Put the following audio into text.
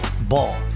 Ball